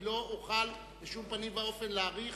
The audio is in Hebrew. לא אוכל בשום פנים ואופן להאריך,